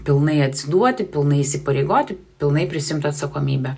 pilnai atsiduoti pilnai įsipareigoti pilnai prisiimt atsakomybę